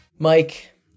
Mike